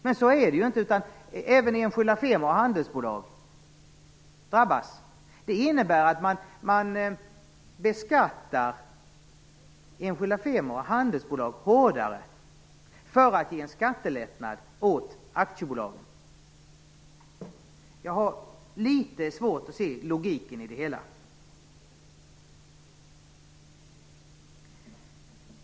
Men så är det inte; även enskilda firmor och handelsbolag drabbas. Det innebär att man beskattar enskilda firmor och handelsbolag hårdare för att ge en skattelättnad åt aktiebolagen. Jag har därför litet svårt att se logiken i det hela.